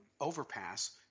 overpass